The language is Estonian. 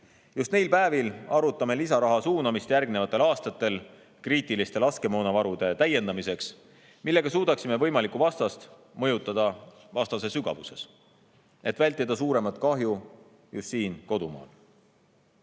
Just neil päevil arutame lisaraha suunamist järgmistel aastatel kriitilise tähtsusega laskemoonavarude täiendamiseks, millega suudaksime võimalikku vastast mõjutada vastase [territooriumi] sügavuses, et vältida suuremat kahju just siin, kodumaal.